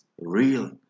real